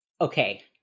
Okay